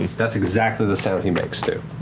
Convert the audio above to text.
that's exactly the sound he makes, too.